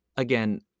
Again